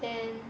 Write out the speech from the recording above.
then